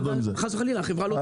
חס וחלילה, החברה לא תתפקד.